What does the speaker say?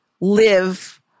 live